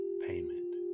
payment